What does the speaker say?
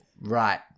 right